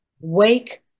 Wake